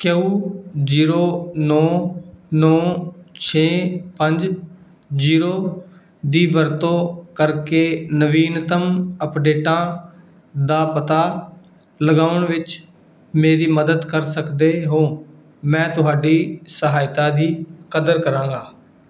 ਕਿਓ ਜ਼ੀਰੋ ਨੌਂ ਨੌਂ ਛੇ ਪੰਜ ਜ਼ੀਰੋ ਦੀ ਵਰਤੋਂ ਕਰਕੇ ਨਵੀਨਤਮ ਅਪਡੇਟਾਂ ਦਾ ਪਤਾ ਲਗਾਉਣ ਵਿੱਚ ਮੇਰੀ ਮਦਦ ਕਰ ਸਕਦੇ ਹੋ ਮੈਂ ਤੁਹਾਡੀ ਸਹਾਇਤਾ ਦੀ ਕਦਰ ਕਰਾਂਗਾ